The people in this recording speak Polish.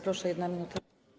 Proszę - 1 minuta.